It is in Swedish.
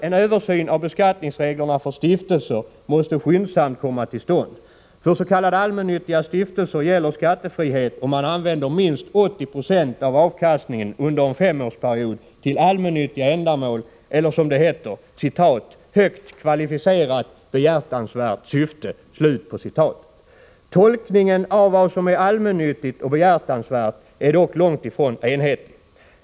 En översyn av beskattningsreglerna för stiftelser måste skyndsamt komma till stånd. För s.k. allmännyttiga stiftelser gäller skattefrihet om man använder minst 80 26 av avkastningen under en femårsperiod till allmännyttiga ändamål eller som det heter ”högt kvalificerat behjärtansvärt syfte”. Tolkningen av vad som är allmännyttigt och behjärtansvärt är dock långt ifrån enhetlig.